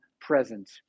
present